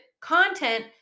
content